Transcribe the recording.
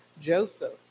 Joseph